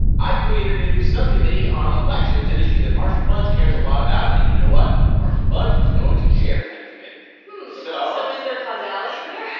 i created a new subcommittee on elections an and issue that marcia fudge cares a lot about. and you know what? marcia fudge is going to chair that committee so is there causality there?